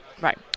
Right